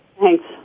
Thanks